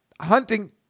hunting